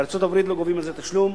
בארצות-הברית לא גובים על זה תשלום,